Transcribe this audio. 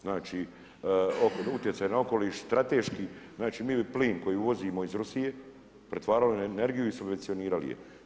Znači, utjecaj na okoliš strateški znači mi bi plin koji uvozimo iz Rusije pretvarali energiju i subvencionirali je.